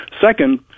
second